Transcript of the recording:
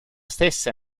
stessa